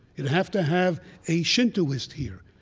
you'd have to have a shintoist here.